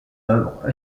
œuvre